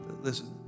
Listen